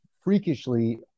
freakishly